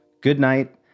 Goodnight